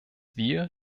wir